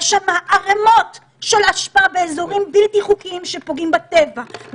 יש שם ערמות של אשפה באזורים בלתי חוקיים שפוגעים בטבע,